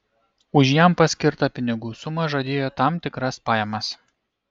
už jam paskirtą pinigų sumą žadėjo tam tikras pajamas